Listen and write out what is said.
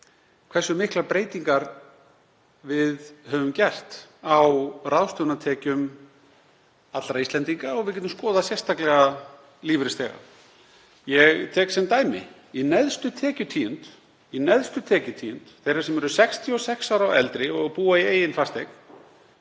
hversu miklar breytingar við höfum gert á ráðstöfunartekjum allra Íslendinga. Við getum skoðað sérstaklega lífeyrisþega. Ég tek sem dæmi: Í neðstu tekjutíund þeirra sem eru 66 ára og eldri og búa í eigin fasteign